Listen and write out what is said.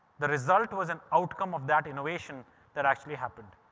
the result was an outcome of that innovation that actually happened.